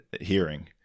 hearing